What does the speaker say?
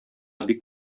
бик